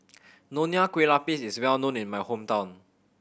Nonya Kueh Lapis is well known in my hometown